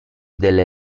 delle